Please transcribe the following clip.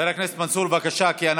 חבר הכנסת מנסור, בבקשה.